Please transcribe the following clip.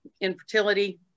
infertility